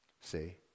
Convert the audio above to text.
see